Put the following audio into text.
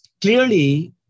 clearly